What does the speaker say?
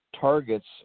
targets